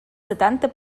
setanta